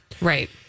Right